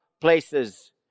places